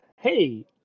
hey